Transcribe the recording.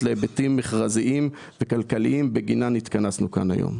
להיבטים מכרזיים וכלכליים בגינם התכנסנו כאן היום.